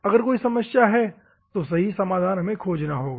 अगर कोई समस्या है तो सही समाधान भी हमें खोजना होगा